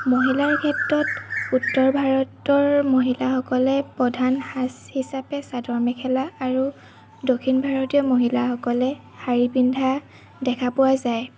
মহিলাৰ ক্ষেত্ৰত উত্তৰ ভাৰতৰ মহিলাসকলে প্ৰধান সাজ হিচাপে চাদৰ মেখেলা আৰু দক্ষিণ ভাৰতীয় মহিলাসকলে শাৰী পিন্ধা দেখা পোৱা যায়